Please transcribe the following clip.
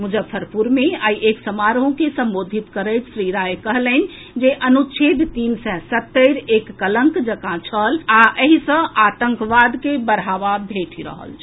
मुजफ्फरपुर मे आई एक समारोह के संबोधित करैत श्री राय कहलनि जे अनुच्छेद तीन सय सत्तरि एक कलंक जकां छल आ एहि सँ आतंकवाद के बढ़ावा भेटि रहल छल